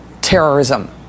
terrorism